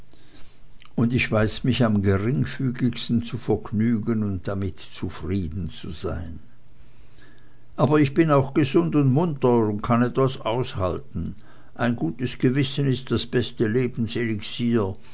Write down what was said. und ich weiß mich am geringfügigsten zu vergnügen und damit zufrieden zu sein aber ich bin auch gesund und munter und kann etwas aushalten ein gutes gewissen ist das beste lebenselixier